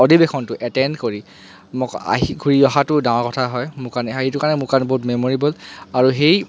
অধিবেশনটো attend কৰি মোক আহি ঘূৰি অহাটো ডাঙৰ কথা হয় মোৰ কাৰণে সেইটো কাৰণে মোৰ কাৰণে বহুত মেম'ৰেবল